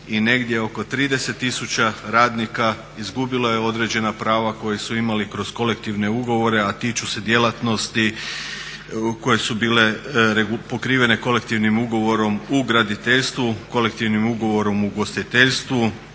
i negdje oko 30 tisuća radnika izgubilo je određena prava koja su imali kroz kolektivne ugovore, a tiču se djelatnosti koje su bile pokrivene kolektivnim ugovorom u graditeljstvu, kolektivnim ugovorom u ugostiteljstvu,